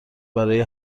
برای